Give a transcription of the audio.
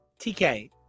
TK